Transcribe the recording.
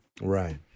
Right